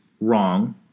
wrong